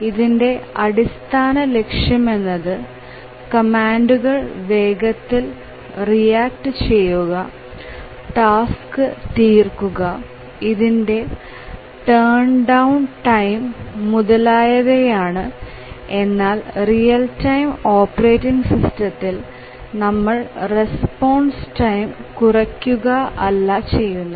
ഇതിന്റെ അടിസ്ഥാന ലക്ഷ്യം എന്നത് കമാൻഡുകൾ വേഗത്തിൽ റിയാക്റ്റ് ചെയ്യുക ടാസ്ക് തീർക്കുക ഇതിന്റെ ടേൺ എറൌണ്ട് ടൈം മുതലായവയാണ് എന്നാൽ റിയൽ ടൈം ഓപ്പറേറ്റിങ് സിസ്റ്റത്തിൽ നമ്മൾ റെസ്പോൺസ് ടൈം കുറയ്ക്കുക അല്ല ചെയ്യുന്നത്